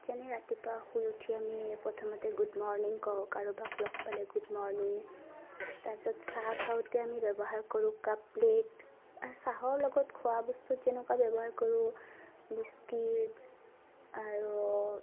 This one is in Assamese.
যেনে ৰাতিপুৱা শুই উঠি আমি প্ৰথমতে গুড মৰ্নিং কওঁ কাৰোবাক লগ পালে গুড মৰ্নিং তাৰপিছত চাহ খাওঁতে আমি ব্যৱহাৰ কৰোঁ কাপ প্লেট আৰু চাহৰ লগত খোৱা বস্তু যেনেকুৱা ব্যৱহাৰ কৰোঁ বিস্কিট আৰু